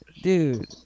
dude